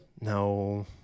No